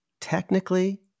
technically